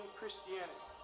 Christianity